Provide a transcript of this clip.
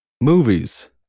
Movies